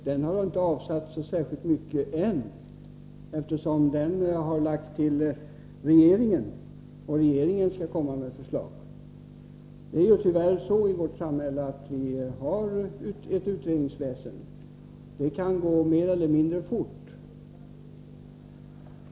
Den har inte avsatt så särskilt mycket ännu, eftersom den har lagts hos regeringen, och regeringen skall komma med förslag. Det är tyvärr så i vårt samhälle att vi har ett utredningsväsen, och sådant arbete kan gå mer eller mindre fort.